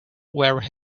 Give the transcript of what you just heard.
were